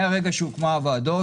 מהרגע שהוקמו הוועדות,